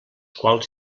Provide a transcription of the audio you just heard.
quals